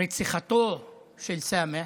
רציחתו של סאמח,